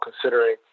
considering